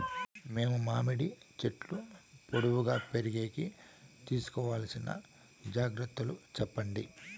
మేము మామిడి చెట్లు పొడువుగా పెరిగేకి తీసుకోవాల్సిన జాగ్రత్త లు చెప్పండి?